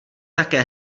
také